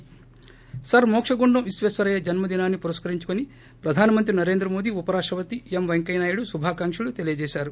ి సర్ మోక్షగుండం విశ్వేశ్వరయ్య జన్మ దినాన్ని పురప్కరించుకుని ప్రధాన మంత్రి నరేంద్ర మోద ఉపరాష్టపతి ఎం పెంకయ్యనాయుడు శుభాకాంకలు తెలియచేశారు